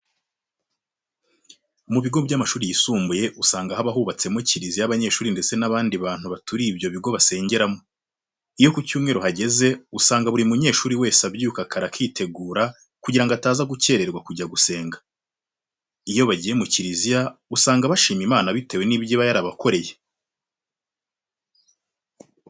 Mu bigo by'amashuri yisumbuye usanga haba hubatsemo kiriziya abanyeshuri ndetse n'abandi bantu baturiye ibyo bigo basengeramo. Iyo ku cyumweru hageze usanga buri munyeshuri wese abyuka kare akitegura kugira ngo ataza gukerererwa kujya gusenga. Iyo bagiye muri kiriziya usanga bashima Imana bitewe n'ibyo iba yarabakoreye.